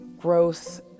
growth